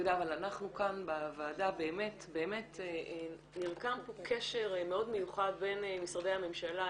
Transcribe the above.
אבל אנחנו כאן בוועדה באמת נרקם פה קשר מאוד מיוחד בין משרדי הממשלה,